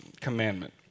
commandment